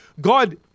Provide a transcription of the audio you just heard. God